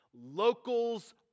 Locals